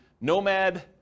nomad